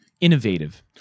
innovative